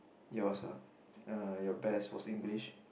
yours ah your best was English